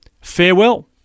Farewell